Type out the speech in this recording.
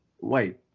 wait